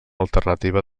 alternativa